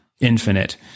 infinite